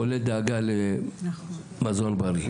כולל דאגה למזון בריא.